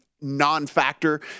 non-factor